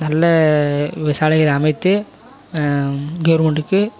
நல்ல சாலைகள் அமைத்து கவருமெண்டுக்கு